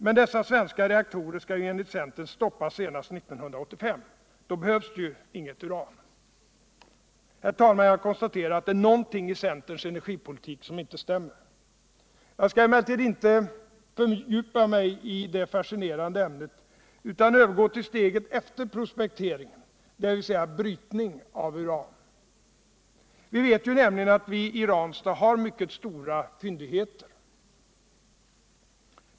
Men dessa svenska reaktorer skall ju enligt centern stoppas senast 1985. Då behövs ju inget uran. Herr talman! Jag konstaterar att det är någonting i centerns energipolitik som inte stämmer. Jag skall emellertid inte fördjupa mig i det fascinerande ämnet utan övergår till steget efter prospekteringen, dvs. brytning av uran. Vi vet nämligen redan att vi I Ranstad har mycket stora fyndigheter.